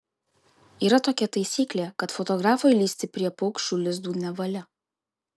yra tokia taisyklė kad fotografui lįsti prie paukščių lizdų nevalia